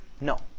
No